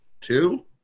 Two